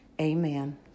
Amen